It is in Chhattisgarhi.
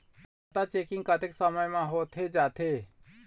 खाता चेकिंग कतेक समय म होथे जाथे?